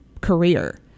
career